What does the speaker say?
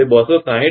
તે 260√3 150